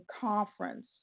conference